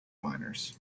minors